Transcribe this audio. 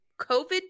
COVID